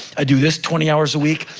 i do this twenty hours a week,